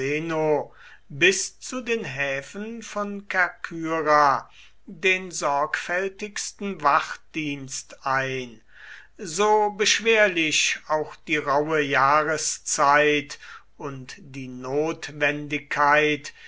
bis zu den häfen von kerkyra den sorgfältigsten wachtdienst ein so beschwerlich auch die rauhe jahreszeit und die notwendigkeit